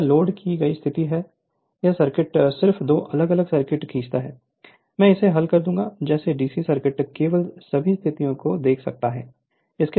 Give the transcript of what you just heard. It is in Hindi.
तो यह लोड की गई स्थिति पर है यह सर्किट सिर्फ दो अलग अलग सर्किट खींचता है मैं इसे हल कर दूंगा जैसे डीसी सर्किट केवल सभी स्थितियों को देख सकता है